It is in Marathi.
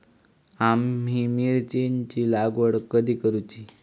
आम्ही मिरचेंची लागवड कधी करूची?